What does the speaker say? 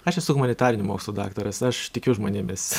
aš esu humanitarinių mokslų daktaras aš tikiu žmonėmis